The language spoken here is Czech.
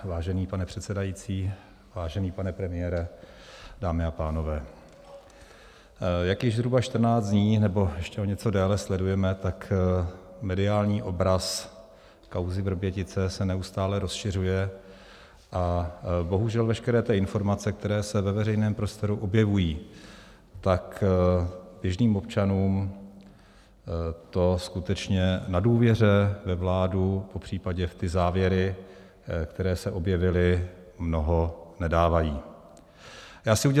Vážený pane předsedající, vážený pane premiére, dámy a pánové, jak již zhruba 14 dní nebo ještě o něco déle sledujeme, tak mediální obraz kauzy Vrbětice se neustále rozšiřuje a bohužel, veškeré informace, které se ve veřejném prostoru objevují, běžným občanům to skutečně na důvěře ve vládu, popřípadě v závěry, které se objevily, mnoho nepřidá.